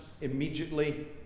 immediately